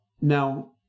Now